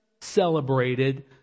celebrated